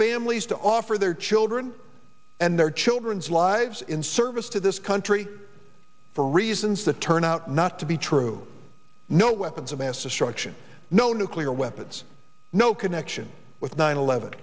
families to offer their children and their children's lives in service to this country for reasons that turn out not to be true no weapons of mass destruction no nuclear weapons no connection with nine eleven